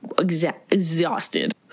exhausted